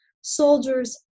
soldiers